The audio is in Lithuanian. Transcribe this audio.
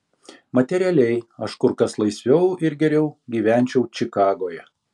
materialiai aš kur kas laisviau ir geriau gyvenčiau čikagoje